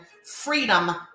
Freedom